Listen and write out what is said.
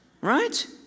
Right